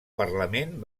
parlament